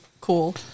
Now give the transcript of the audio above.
cool